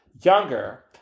younger